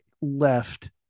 left